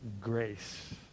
grace